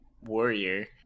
warrior